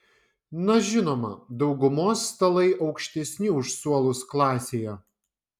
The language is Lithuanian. na žinoma daugumos stalai aukštesni už suolus klasėje